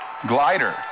Glider